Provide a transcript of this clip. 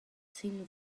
sin